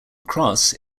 cross